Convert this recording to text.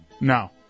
No